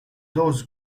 those